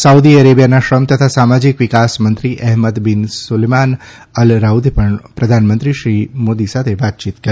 Saudi અરેબિયાના શ્રમ તથા સામાજિક વિકાસ મંત્રી અહેમદ બિન સુલેમાન અલ રાઉદે પણ પ્રધાનમંત્રી શ્રી નરેન્દ્ર મોદી સાથે વાતચીત કરી